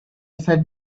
said